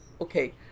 okay